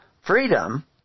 freedom